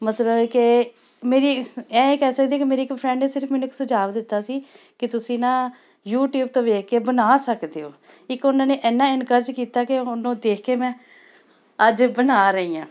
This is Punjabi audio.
ਮਤਲਬ ਕਿ ਮੇਰੀ ਇਸ ਇਹ ਕਹਿ ਸਕਦੇ ਹਾਂ ਕਿ ਮੇਰੀ ਇੱਕ ਫਰੈਂਡ ਨੇ ਸਿਰਫ ਮੈਨੂੰ ਇੱਕ ਸੁਝਾਉ ਦਿੱਤਾ ਸੀ ਕਿ ਤੁਸੀਂ ਨਾ ਯੂਟਿਊਬ ਤੋਂ ਵੇਖ ਕੇ ਬਣਾ ਸਕਦੇ ਹੋ ਇੱਕ ਉਹਨਾਂ ਨੇ ਐਨਾ ਇਨਕਰਜ ਕੀਤਾ ਕਿ ਹੁਣ ਉਹ ਦੇਖ ਕੇ ਮੈਂ ਅੱਜ ਬਣਾ ਰਹੀ ਹਾਂ